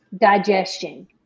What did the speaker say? digestion